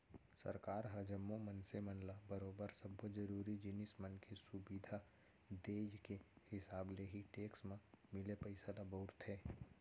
सरकार ह जम्मो मनसे मन ल बरोबर सब्बो जरुरी जिनिस मन के सुबिधा देय के हिसाब ले ही टेक्स म मिले पइसा ल बउरथे